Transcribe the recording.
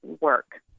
work